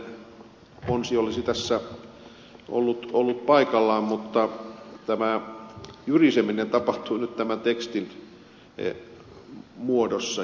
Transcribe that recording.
varmasti sellainen ponsi olisi tässä ollut paikallaan mutta tämä jyriseminen tapahtuu nyt tämän tekstin muodossa